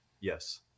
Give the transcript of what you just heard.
Yes